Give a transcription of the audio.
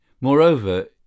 Moreover